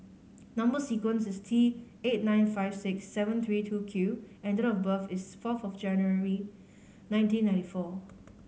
number sequence is T eight nine five six seven three two Q and date of birth is fourth of January nineteen ninety four